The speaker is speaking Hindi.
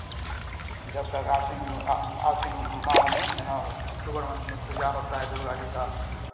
जब तक आश्विन आश्विन माह में यहाँ अक्टूबर मंथ में पूजा होता है दुर्गा जी का